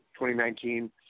2019